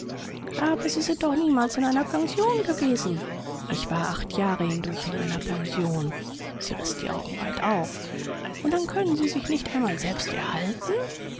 aber sie sind doch niemals in einer pension gewesen ich war acht jahre hindurch in einer pension sie riß die augen weit auf und dann können sie sich nicht einmal selbst erhalten